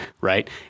right